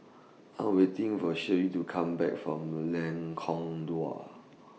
I'm waiting For Shelley to Come Back from Lengkong Dua